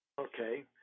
Okay